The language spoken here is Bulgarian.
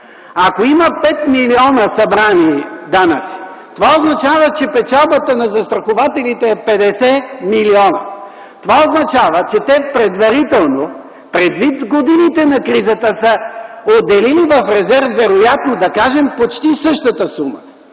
Ако има 5 млн. лв. събрани данъци, това означава, че печалбата на застрахователите е 50 милиона. Това означава, че те предварително, преди годините на кризата са отделяли в резерв да кажем вероятно почти същата сума.